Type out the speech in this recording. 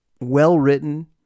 well-written